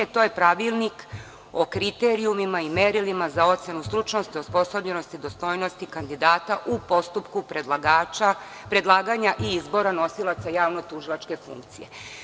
To je Pravilnik o kriterijumima i merilima za ocenu stručnosti, osposobljenosti, dostojnosti kandidata u postupku predlaganja i izbora nosilaca javnotužilačke funkcije.